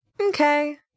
Okay